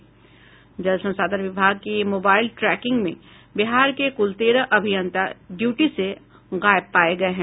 जल संसाधन विभाग की मोबाईल ट्रैकिंग में बिहार के कुल तेरह अभियंता ड्यूटी से गायब पाये गये हैं